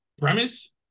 premise